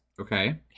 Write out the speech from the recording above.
Okay